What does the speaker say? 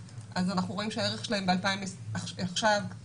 אבל ההבחנה הזאת בין הפרטי לבין העוסק המסחרי היא חשובה מאוד.